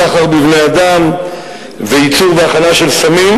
סחר בבני-אדם וייצור והכנה של סמים,